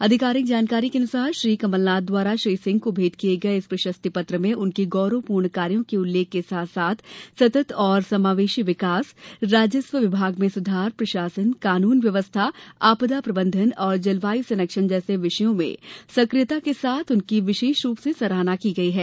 आधिकारिक जानकारी के अनुसार श्री कमलनाथ द्वारा श्री सिंह को भेंट किए गए इस प्रशस्तिपत्र में उनके गौरवपूर्ण कार्यो के उल्लेख के साथ साथ सतत एवं समावेशी विकास राजस्व विभाग में सुधार प्रशासन कानुन व्यवस्था आपदा प्रबंधन और जलवायु संरक्षण जैसे विषयों में सक्रियता के लिए उनकी विशेष रूप से सराहना की गयी है